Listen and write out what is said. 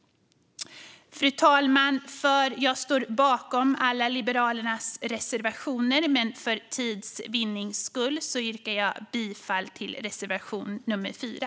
Fru talman! Jag står bakom alla Liberalernas reservationer, men för tids vinning yrkar jag bifall till reservation nummer 4.